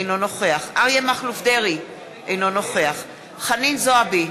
אינו נוכח אריה מכלוף דרעי, אינו נוכח חנין זועבי,